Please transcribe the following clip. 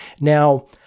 Now